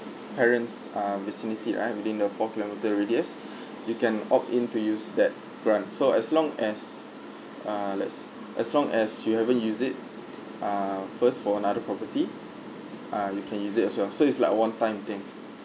parents' ah vicinity right within the four kilometre radius you can opt in to use that grant so as long as ah let's as long as you haven't used it ah first for another property ah you can use it as well so it's like a one time thing